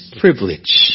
privilege